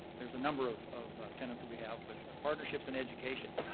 there's a number of of tenants that we have but partnerships in education,